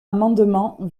amendement